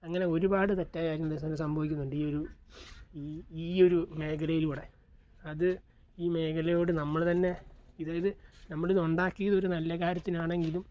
അങ്ങനെ ഒരുപാട് തെറ്റായ കാര്യങ്ങൾ സംഭവിക്കുന്നുണ്ട് ഈ ഒരു ഈ ഒരു മേഖലയിലൂടെ അത് ഈ മേഖലയോട് നമ്മൾ തന്നെ അതായത് നമ്മളിത് ഉണ്ടാക്കിയത് ഒരു നല്ല കാര്യത്തിനാണെങ്കിലും